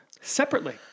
separately